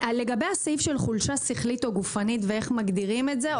לגבי הסעיף של חולשה שכלית או גופנית ואיך מגדירים את זה,